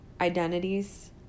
identities